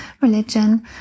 religion